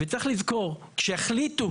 צריך לזכור שכאשר החליטו,